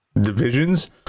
divisions